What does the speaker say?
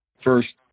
First